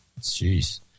Jeez